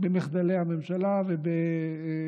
הייתי אומר, במחדלי הממשלה ובשיתוקה,